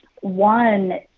one